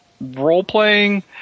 role-playing